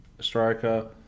striker